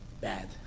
bad